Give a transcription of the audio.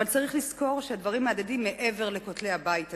אבל צריך לזכור שהדברים מהדהדים מעבר לכותלי הבית הזה.